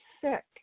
sick